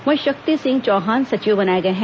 वहीं शक्ति सिंह चौहान सचिव बनाए गए हैं